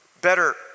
Better